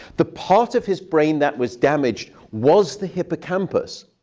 the part of his brain that was damaged was the hippocampus,